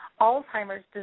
Alzheimer's